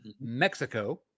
Mexico